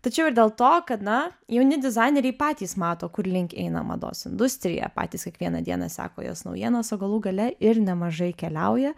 tačiau ir dėl to kad na jauni dizaineriai patys mato kur link eina mados industrija patys kiekvieną dieną seka jos naujienas o galų gale ir nemažai keliauja